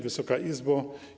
Wysoka Izbo!